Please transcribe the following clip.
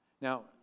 Now